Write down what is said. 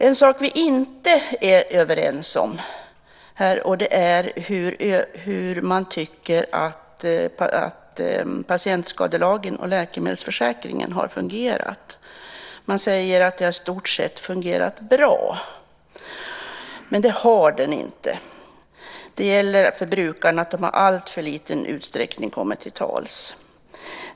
En sak är vi inte överens om, och det är hur man tycker att patientskadelagen och läkemedelsförsäkringen har fungerat. Man säger att det i stort sett har fungerat bra, men det har det inte. Brukarna har i alltför liten utsträckning kommit till tals.